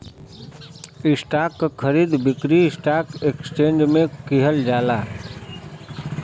stock क खरीद बिक्री स्टॉक एक्सचेंज में किहल जाला